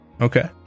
Okay